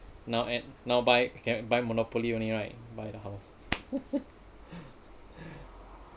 now at now buy can buy monopoly only right by the house